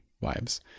wives